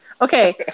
Okay